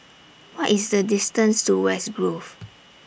What IS The distance to West Grove